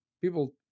people